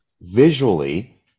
visually